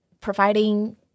Providing